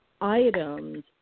items